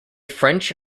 french